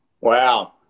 Wow